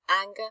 anger